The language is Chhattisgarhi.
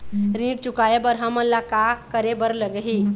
ऋण चुकाए बर हमन ला का करे बर लगही?